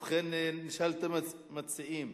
ובכן, נשאל את המציעים: